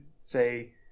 say